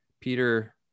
Peter